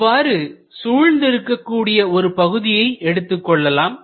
இவ்வாறு சூழ்ந்து இருக்கக்கூடிய ஒரு பகுதியினை எடுத்துக்கொள்ளலாம்